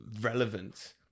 relevant